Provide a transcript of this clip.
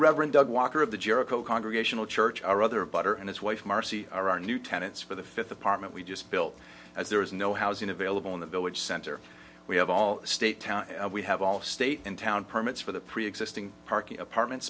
reverend doug walker of the jericho congregational church our other butter and his wife marcy are our new tenants for the fifth apartment we just built as there is no housing available in the village center we have all state town we have all state and town permits for the preexisting parking apartment